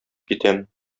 китәм